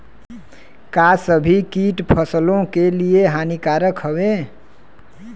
का सभी कीट फसलों के लिए हानिकारक हवें?